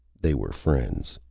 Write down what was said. they were friends.